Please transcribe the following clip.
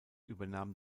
übernahm